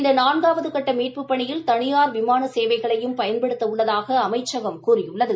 இந்த நான்காவது கட்ட மீட்புப் பணியில் தனியார் விமான சேவைகளையும் பயன்படுத்த உள்ளதாக அமைச்சகம் கூறியுள்ளது